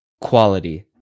Quality